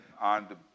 on